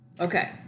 Okay